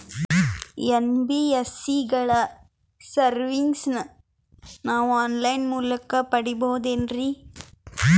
NBSC ಗಳ ಸರ್ವಿಸನ್ನ ನಾವು ಆನ್ ಲೈನ್ ಮೂಲಕ ಪಡೆಯಬಹುದೇನ್ರಿ?